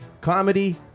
comedy